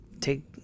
take